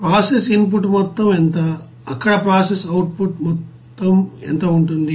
process input మొత్తం ఎంత అక్కడ ప్రాసెస్ అవుట్ పుట్ మొత్తం ఎంత ఉంటుంది